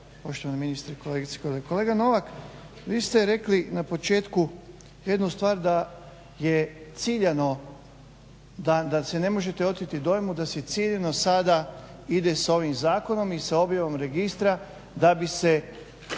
kolegice i kolege. Kolega Novak, vi ste rekli na početku jednu stvar da je ciljano da se ne možete oteti dojmu da se ciljano sada ide sa ovim zakonom i sa objavom registra da bi se